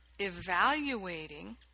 evaluating